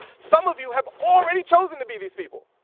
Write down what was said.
some of you have already chosen to be these people,